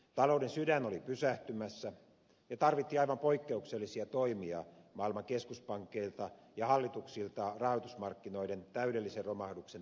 talouden sydän oli pysähtymässä ja tarvittiin aivan poikkeuksellisia toimia maailman keskuspankeilta ja hallituksilta rahoitusmarkkinoiden täydellisen romahduksen estämiseksi